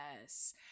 Yes